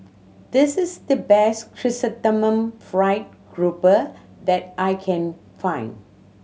this is the best Chrysanthemum Fried Grouper that I can find